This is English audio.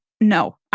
no